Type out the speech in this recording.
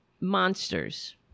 monsters